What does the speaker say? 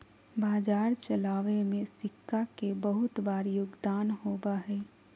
बाजार चलावे में सिक्का के बहुत बार योगदान होबा हई